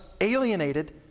alienated